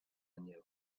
inniu